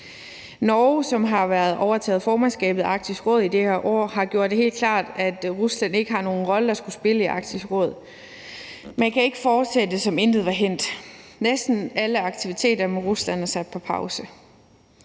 Norge, som i år har overtaget formandskabet for Arktisk Råd, har gjort det helt klart, at Rusland ikke har nogen rolle at spille i Arktisk Råd. Man kan ikke fortsætte, som om intet var hændt. Næsten alle aktiviteter med Rusland er sat på pause.